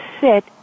sit